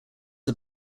are